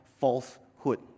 falsehood